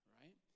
right